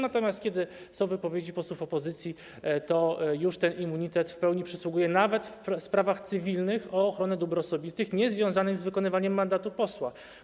Natomiast kiedy są wypowiedzi posłów opozycji, to już ten immunitet w pełni przysługuje nawet w sprawach cywilnych o ochronę dóbr osobistych niezwiązanych z wykonywaniem mandatu posła.